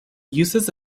uses